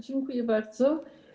Dziękuję bardzo.